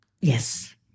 Yes